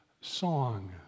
song